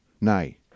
nay